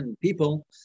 people